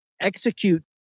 execute